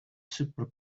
super